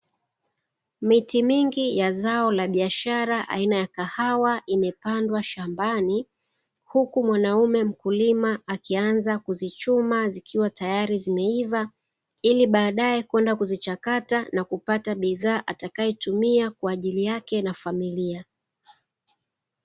Miti mingi ya zao la biashara aina ya kahawa imepandwa shambani, huku mwanaume mkulima akianza kuzichuma zikiwa tayari zimeiva, ili baadaye kwenda kuzichakata na kupata bidhaa atakayotumia kwa ajili yake na familia.